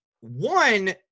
one